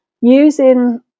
using